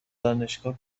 دانشگاه